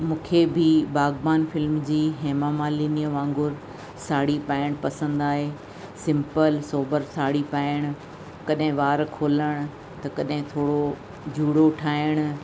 मूंखे बि बाग़बान फिल्म जी हेमा मालिनी वांगुरु साड़ी पाइणु पसंदि आहे सिंपल सोबर साड़ी पाइणु कॾहिं वार खोलण त कॾहिं थोरो जूड़ो ठाहिणु